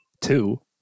two